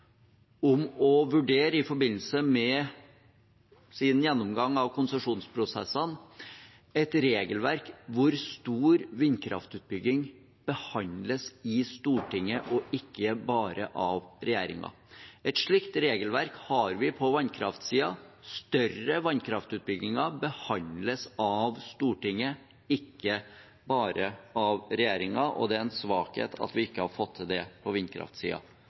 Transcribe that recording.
om å vurdere, i forbindelse med sin gjennomgang av konsesjonsprosessene, et regelverk hvor stor vindkraftutbygging behandles i Stortinget og ikke bare av regjeringen. Et slikt regelverk har vi på vannkraftsiden. Større vannkraftutbygginger behandles av Stortinget, ikke bare av regjeringen, og det er en svakhet at vi ikke har fått til det på